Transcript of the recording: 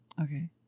okay